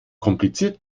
kompliziert